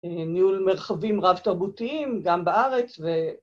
‫ניהול מרחבים רב-תרבותיים ‫גם בארץ ו...